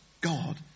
God